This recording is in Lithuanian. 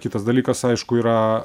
kitas dalykas aišku yra